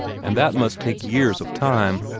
and that must take years of time.